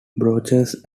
brochures